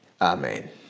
Amen